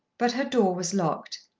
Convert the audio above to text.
but her door was locked.